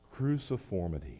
Cruciformity